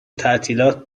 تعطیلات